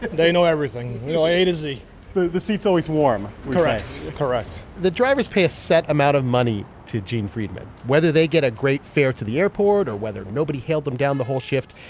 they know everything you know, easy the the seat's always warm correct, correct the drivers pay a set amount of money to gene freidman. whether they get a great fare to the airport or whether nobody hailed them down the whole shift,